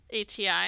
ATI